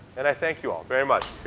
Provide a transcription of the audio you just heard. and i thank you all very much.